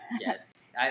Yes